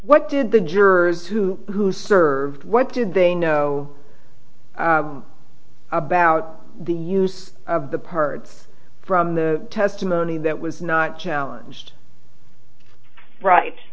hat did the jurors who who served what did they know about the use of the parts from the testimony that was not challenged